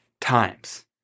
times